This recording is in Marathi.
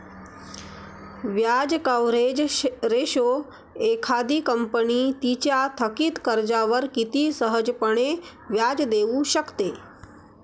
व्याज कव्हरेज रेशो एखादी कंपनी तिच्या थकित कर्जावर किती सहजपणे व्याज देऊ शकते